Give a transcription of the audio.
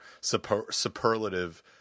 superlative